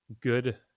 good